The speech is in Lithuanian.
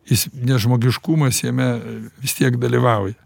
jis nes žmogiškumas jame vis tiek dalyvauja